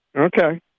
Okay